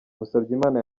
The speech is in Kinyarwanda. musabyimana